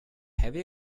heavy